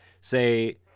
say